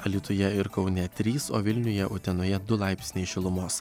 alytuje ir kaune trys o vilniuje utenoje du laipsniai šilumos